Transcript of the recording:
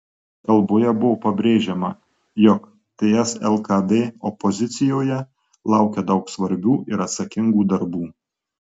kalboje buvo pabrėžiama jog ts lkd opozicijoje laukia daug svarbių ir atsakingų darbų